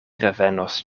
revenos